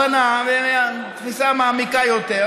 הבנה ותפיסה מעמיקה יותר,